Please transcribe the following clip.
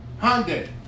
Hyundai